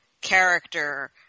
character